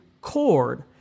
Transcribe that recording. chord